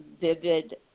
vivid